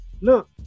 look